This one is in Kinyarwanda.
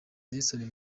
nelson